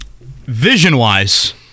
vision-wise